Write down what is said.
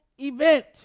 event